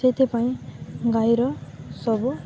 ସେଇଥିପାଇଁ ଗାଈର ସବୁ